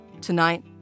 Tonight